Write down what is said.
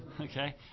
Okay